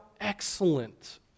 excellent